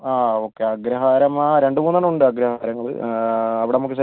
ആ ഓക്കെ അഗ്രഹാരം ആ രണ്ട് മൂന്നെണ്ണം ഉണ്ട് അഗ്രഹാരങ്ങൾ അവിടെ നമുക്ക് സെ